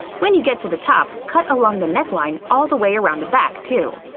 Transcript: when you get to the top, cut along the neckline all the way around the back too.